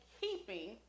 keeping